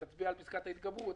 תצביע על פסקת ההתגברות.